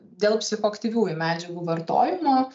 dėl psichoaktyviųjų medžiagų vartojimo